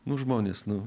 nu žmonės nu